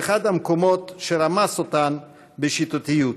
באחד המקומות שרמסו אותן בשיטתיות,